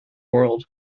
world